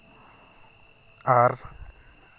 ᱟᱨ